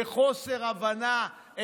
בחוסר הבנה,